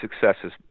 successes